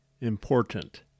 important